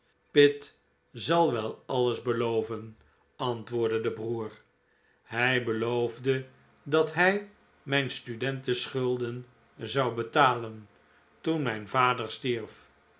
pitt zal wel alles beloven antwoordde de broer hij beloofde dat hij mijn studentenschulden zou betalen toen mijn vader stierf